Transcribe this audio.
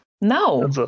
No